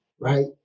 right